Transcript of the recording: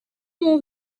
move